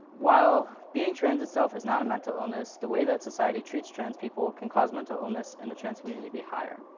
while being trans itself is not a mental illness, the way that society treats trans people can cause mental illness in the trans community to be higher.